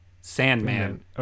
Sandman